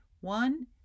One